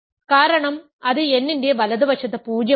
കാരണം അത് n ന്റെ വലതുവശത്ത് 0 ആണ്